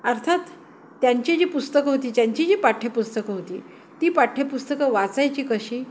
अर्थात त्यांची जी पुस्तकं होती त्यांची जी पाठ्यपुस्तकं होती ती पाठ्यपुस्तकं वाचायची कशी